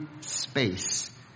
space